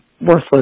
worthless